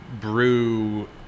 brew